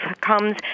comes